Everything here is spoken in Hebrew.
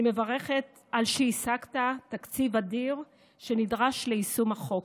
אני מברכת על שהשגת תקציב אדיר שנדרש ליישום החוק.